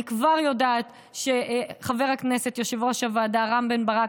אני כבר יודעת שחבר הכנסת יושב-ראש הוועדה רם בן ברק